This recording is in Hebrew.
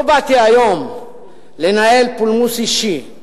לא באתי היום לנהל פולמוס אישי.